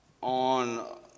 on